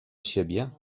siebie